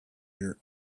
your